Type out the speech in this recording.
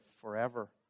forever